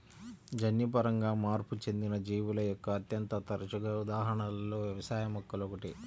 జన్యుపరంగా మార్పు చెందిన జీవుల యొక్క అత్యంత తరచుగా ఉదాహరణలలో వ్యవసాయ మొక్కలు ఒకటి